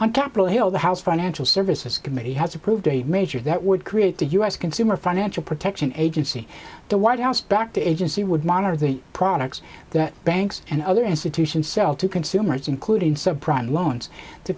on capitol hill the house financial services committee has approved a measure that would create the u s consumer financial protection agency the white house back to agency would monitor the products that banks and other institutions sell to consumers including subprime loans to